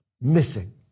missing